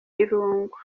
irungu